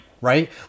right